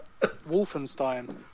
Wolfenstein